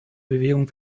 bewegung